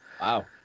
Wow